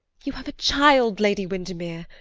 you have a child, lady windermere.